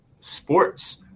sports